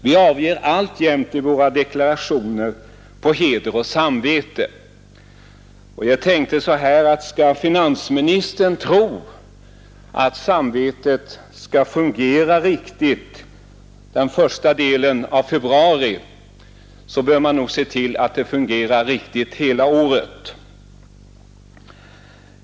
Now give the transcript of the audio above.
Vi avger ju alltjämt våra deklarationer ”på heder och samvete”. Jag tänker så här att skall finansministern tro att samvetet skall fungera riktigt den första delen av februari, bör man nog se till att det fungerar riktigt hela året.